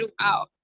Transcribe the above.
throughout